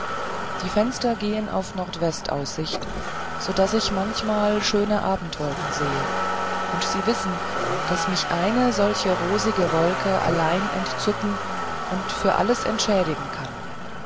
die fenster geben auf nordwest aussicht so daß ich manchmal schöne abendwolken sehe und sie wissen daß mich eine solche rosige wolke allein entzücken und für alles entschädigen kann